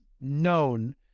known